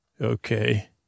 okay